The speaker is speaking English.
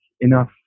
enough